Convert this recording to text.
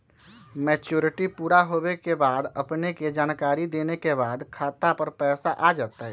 Maturity पुरा होवे के बाद अपने के जानकारी देने के बाद खाता पर पैसा आ जतई?